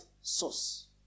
source